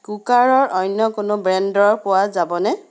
কুকাৰৰ অন্য কোনো ব্ৰেণ্ডৰ পোৱা যাবনে